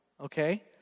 okay